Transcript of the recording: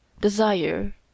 desire